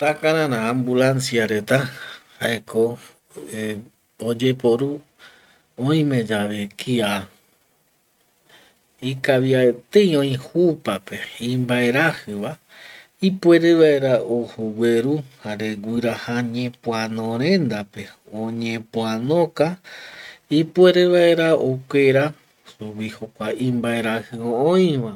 Takarara ambulancia reta jaeko eh oyeporu oime yave kia ikavia etei oi jupape imbaerajiva ipuere vaera ojo gueru jare guiraja ñepoano rendape oñepoanoka ipuere vaera okuera jokua imbaeraji oiva